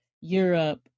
Europe